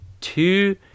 Two